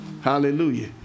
Hallelujah